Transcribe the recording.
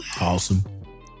Awesome